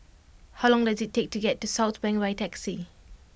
how long does it take to get to Southbank by taxi